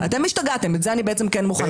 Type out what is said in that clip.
זה היה רגע מאוד מאוד מרגש.